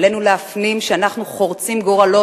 עלינו להפנים שאנחנו חורצים גורלות,